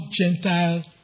Gentile